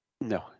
No